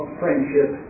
friendship